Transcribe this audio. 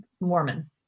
mormon